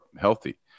healthy